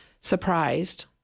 surprised